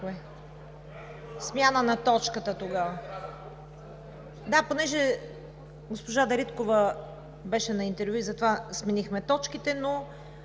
Смяна на точката тогава. Понеже госпожа Дариткова беше на интервю и затова сменихме точките. Но